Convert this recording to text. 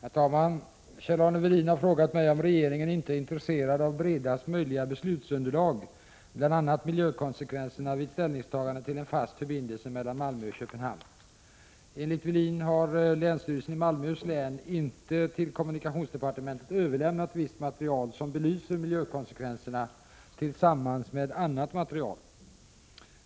Herr talman! Kjell-Arne Welin har frågat mig om regeringen inte är intresserad av bredaste möjliga beslutsunderlag, bl.a. miljökonsekvenserna, vid ställningstagandet till en fast förbindelse mellan Malmö och Köpenhamn. Enligt Welin har länsstyrelsen i Malmöhus län inte till kommunikationsdepartementet överlämnat visst material som belyser miljökonsekvenserna tillsammans med annat material.